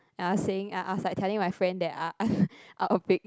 I was saying I I was like telling my friend that I uh I will pick